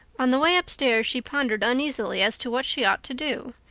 on the way upstairs she pondered uneasily as to what she ought to do.